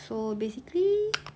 so basically